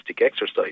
exercise